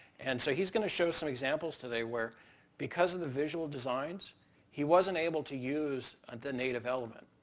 and so he's going to show us some examples today where because of the visual designs he wasn't able to use and the native element.